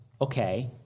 okay